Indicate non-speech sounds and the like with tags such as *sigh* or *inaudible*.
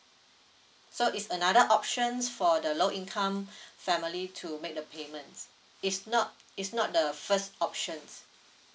so it's another options for the low income *breath* family to make the payments it's not it's not the first options